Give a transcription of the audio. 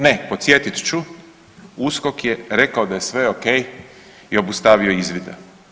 Ne, podsjetit ću, USKOK je rekao da je sve ok i obustavio izvide.